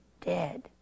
dead